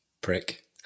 Prick